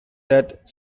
that